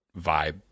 vibe